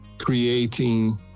creating